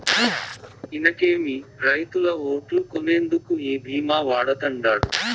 ఇనకేమి, రైతుల ఓట్లు కొనేందుకు ఈ భీమా వాడతండాడు